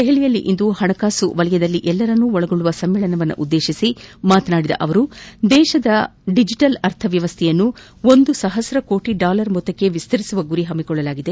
ದೆಹಲಿಯಲ್ಲಿಂದು ಹಣಕಾಸು ವಲಯದಲ್ಲಿ ಎಲ್ಲರನ್ನು ಒಳಗೊಳ್ಳುವ ಸಮ್ಮೇಳನವನ್ನುದ್ದೇಶಿಸಿ ಮಾತನಾದಿದ ಅವರು ದೇಶದ ಡಿಜಿಟಲ್ ಅರ್ಥ ವ್ಯವಸ್ಥೆಯನ್ನು ಒಂದು ಸಹಸ್ರ ಕೋಟಿ ಡಾಲರ್ ಮೊತ್ತಕ್ಕೆ ವಿಸ್ತರಿಸುವ ಗುರಿ ಹೊಂದಲಾಗಿದೆ